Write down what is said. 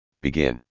begin